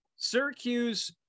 Syracuse